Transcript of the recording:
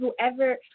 whoever